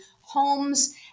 homes